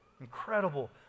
Incredible